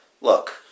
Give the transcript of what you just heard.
Look